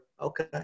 Okay